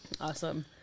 Awesome